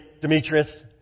Demetrius